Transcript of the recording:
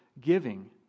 giving